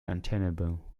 untenable